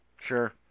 Sure